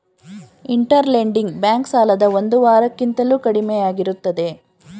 inter lending bank ಸಾಲದ ಒಂದು ವಾರ ಕಿಂತಲೂ ಕಡಿಮೆಯಾಗಿರುತ್ತದೆ